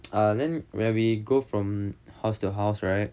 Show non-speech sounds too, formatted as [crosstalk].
[noise] uh then when we go from house to house right